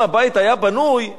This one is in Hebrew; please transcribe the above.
אם הבית היה בנוי,